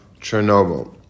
Chernobyl